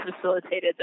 facilitated